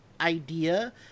idea